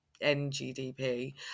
ngdp